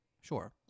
Sure